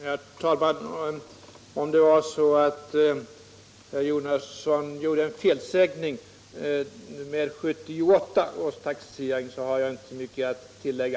Herr talman! Om det var en felsägning när herr Jonasson nämnde 1978 års taxering har jag inte mycket att tillägga.